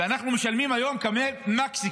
ואנחנו משלמים היום ריבית כמו מקסיקו,